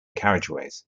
carriageways